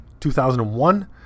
2001